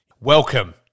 Welcome